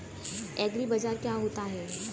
एग्रीबाजार क्या होता है?